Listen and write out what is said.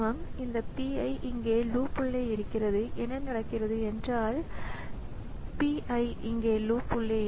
எனவே இந்த மனிதர்களுடன் ஒப்பிடும்போது மின்னணு பகுதி அல்லது ப்ராஸஸரின் பகுதி மிக வேகமாக இருக்கும்